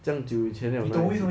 这样好久以前了了